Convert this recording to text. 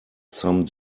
some